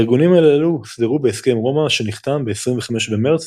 הארגונים הללו הוסדרו בהסכם רומא שנחתם ב-25 במרץ